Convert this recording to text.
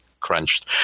crunched